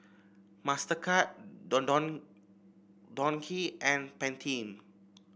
Mastercard Don Don Donki and Pantene